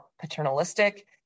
paternalistic